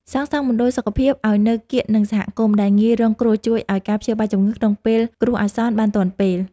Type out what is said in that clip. សាងសង់មណ្ឌលសុខភាពឱ្យនៅកៀកនឹងសហគមន៍ដែលងាយរងគ្រោះជួយឱ្យការព្យាបាលជំងឺក្នុងពេលមានគ្រោះអាសន្នបានទាន់ពេល។